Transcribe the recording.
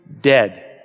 dead